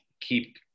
keep